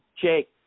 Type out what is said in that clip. Jake